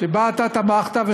שאתה תמכת בה,